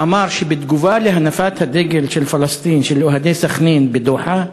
אמר שבתגובה להנפת הדגל של פלסטין של אוהדי סח'נין ב"דוחה",